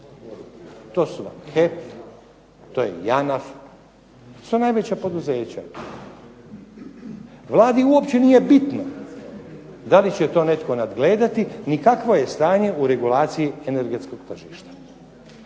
To su HEP, to je JANAF, to su najveća poduzeća. Vladi uopće nije bitno da li će to netko nadgledati ni kakvo je stanje u regulaciji energetskog tržišta.